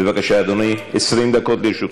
בבקשה, אדוני, 20 דקות לרשותך.